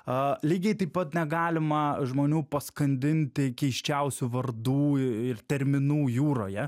a lygiai taip pat negalima žmonių paskandinti keisčiausių vardų ir terminų jūroje